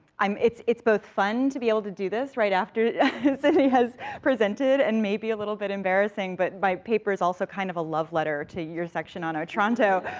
i'm, it's it's both fun to be able to do this right after cindy has presented, and maybe a little bit embarrassing, but my paper is also kind of a love letter to your section on otranto,